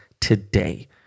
today